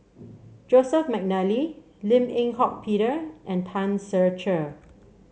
Joseph McNally Lim Eng Hock Peter and Tan Ser Cher